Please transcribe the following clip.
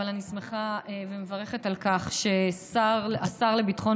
אבל אני שמחה ומברכת על כך שהשר לביטחון